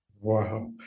wow